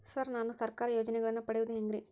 Sir ನಾನು ಸರ್ಕಾರ ಯೋಜೆನೆಗಳನ್ನು ಪಡೆಯುವುದು ಹೆಂಗ್ರಿ?